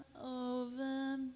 over